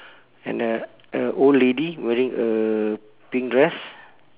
and the a old lady wearing a pink dress